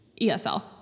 ESL